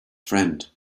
friend